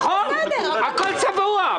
הכול צבוע.